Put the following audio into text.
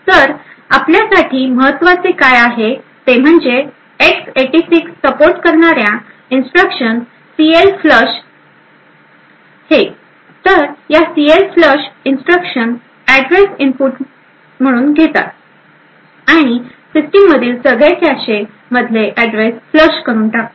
तर आपल्यासाठी महत्वाचे काय आहे ते म्हणजे एक्स86 सपोर्ट करणाऱ्या इन्स्ट्रक्शन सीएलफ्लश तर या सीएलफ्लश इन्स्ट्रक्शन ऍड्रेस इनपुट म्हणून घेतात आणि सिस्टिम मधील सगळ्या कॅशे मधले ऍड्रेस फ्लश करून टाकतात